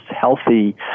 healthy